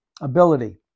ability